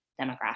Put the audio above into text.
demographic